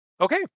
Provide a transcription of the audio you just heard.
Okay